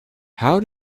how